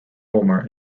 homer